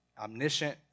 omniscient